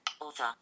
Author